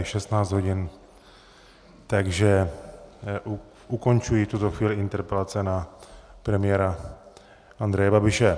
Je 16 hodin, takže ukončuji v tuto chvíli interpelace na premiéra Andreje Babiše.